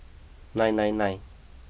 nine nine nine